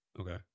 Okay